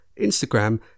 Instagram